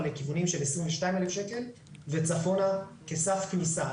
לכיוונים של 22,000 וצפונה כסף כניסה.